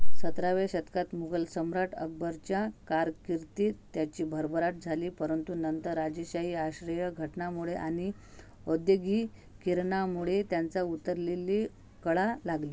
सतराव्या शतकात मुघल सम्राट अकबराच्या कारकिर्दीत त्याची भरभराट झाली परंतु नंतर राजेशाही आश्रय घटनामुळे आणि औद्योगिकीकरणामुळे त्यांचा उतरलेली कळा लागली